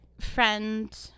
friend